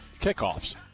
Kickoffs